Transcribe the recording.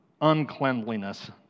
uncleanliness